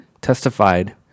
testified